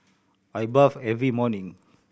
I bath every morning